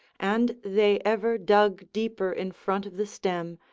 and they ever dug deeper in front of the stem,